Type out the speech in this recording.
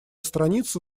страницу